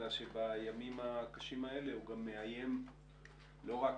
אלא שבימים הקשים האלה הוא מאיים לא רק